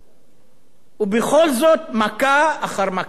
ובכל זאת, מכה, אחר מכה, אחר מכה.